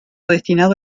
destinado